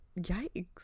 yikes